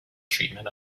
treatment